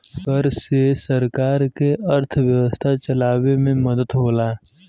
कर से सरकार के अर्थव्यवस्था चलावे मे मदद होला